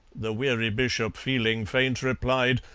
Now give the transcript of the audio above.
the weary bishop, feeling faint, replied,